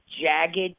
Jagged